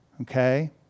Okay